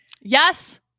Yes